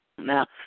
Now